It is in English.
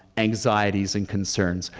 anxieties and concerns.